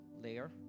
layer